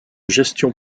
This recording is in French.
gestion